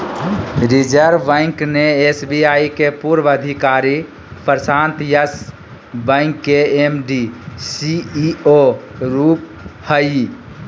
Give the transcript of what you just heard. reserve Bank ने SBI के पूर्व अधिकारी प्रशांत यस बैंक के एम.डी, सी.ई.ओ रूप हइ